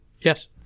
Yes